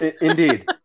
Indeed